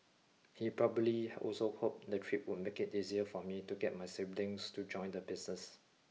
he probably also hoped the trip would make it easier for me to get my siblings to join the business